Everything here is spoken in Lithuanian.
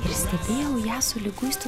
ir stebėjau ją su liguistu